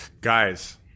Guys